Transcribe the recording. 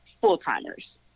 full-timers